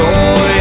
Joy